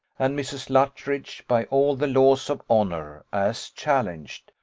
and mrs. luttridge, by all the laws of honour, as challenged,